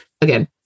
again